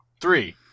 three